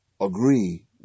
agree